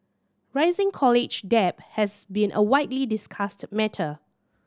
rising college debt has been a widely discussed matter